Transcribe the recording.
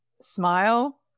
smile